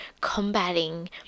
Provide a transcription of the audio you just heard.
combating